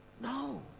No